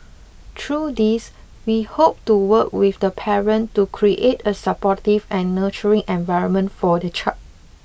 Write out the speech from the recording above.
through these we hope to work with the parent to create a supportive and nurturing environment for the child